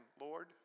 Lord